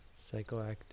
psychoactive